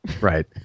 Right